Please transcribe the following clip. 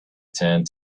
turned